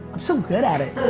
so good at it,